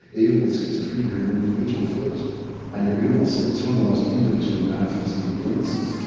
even with schizophrenia, you're an individual first and your illness, it's one of the most individually manifesting illnesses.